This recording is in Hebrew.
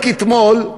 רק אתמול,